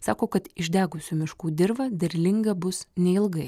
sako kad išdegusių miškų dirva derlinga bus neilgai